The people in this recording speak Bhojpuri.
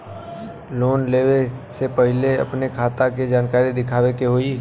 लोन लेवे से पहिले अपने खाता के जानकारी दिखावे के होई?